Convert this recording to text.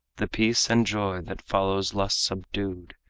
the peace and joy that follows lusts subdued.